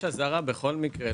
בכל מקרה יש אזהרה.